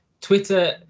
Twitter